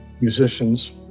musicians